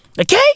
Okay